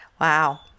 Wow